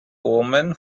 woman